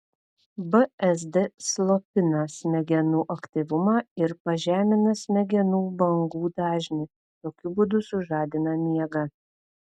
bzd slopina smegenų aktyvumą ir pažemina smegenų bangų dažnį tokiu būdu sužadina miegą